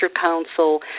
council